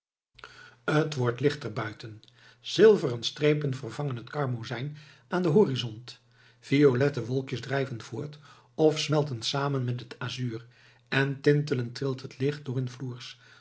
t wordt lichter buiten zilveren strepen vervangen het karmozijn aan den horizont violette wolkjes drijven voort of smelten samen met het azuur en tintelend trilt het licht door hun floers